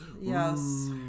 Yes